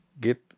get